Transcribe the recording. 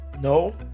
no